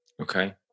okay